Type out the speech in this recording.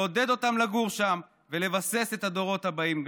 לעודד אותם לגור שם ולבסס גם את הדורות הבאים.